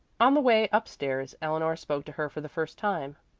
on the way up-stairs eleanor spoke to her for the first time.